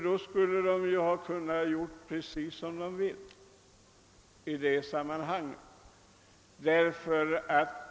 Då skulle de ju ha kunnat göra precis som de hade velat.